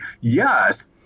Yes